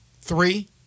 Three